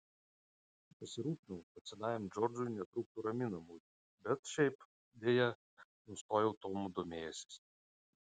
pasirūpinau kad senajam džordžui netrūktų raminamųjų bet šiaip deja nustojau tomu domėjęsis